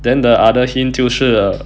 then the other hint 就是